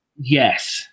Yes